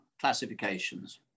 classifications